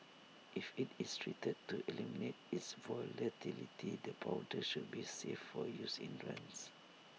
if IT is treated to eliminate its volatility the powder should be safe for use in runs